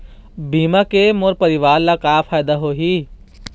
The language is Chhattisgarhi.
बीमा के मोर परवार ला का फायदा होही?